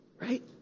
right